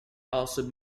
also